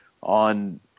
on